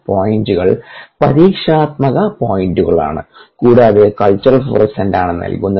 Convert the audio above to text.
പോയിന്റുകൾ പരീക്ഷണാത്മക പോയിന്റുകളാണ് കൂടാതെ കൾച്ചർ ഫ്ലൂറസെൻസാണ് നൽകുന്നത്